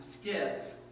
skipped